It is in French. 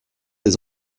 des